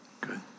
Good